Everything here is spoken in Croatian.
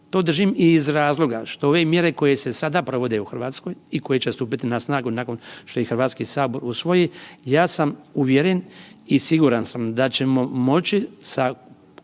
To držim i iz razloga što ove mjere koje se sada provode u Hrvatskoj i koje će stupiti na snagu nakon što ih Hrvatski sabor usvoji ja sam uvjeren i siguran sam da ćemo moći sa kudikamo